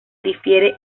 difiere